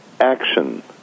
action